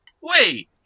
Wait